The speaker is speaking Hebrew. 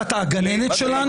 אתה הגננת שלנו?